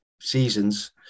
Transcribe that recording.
Seasons